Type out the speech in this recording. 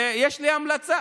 ויש לי המלצה.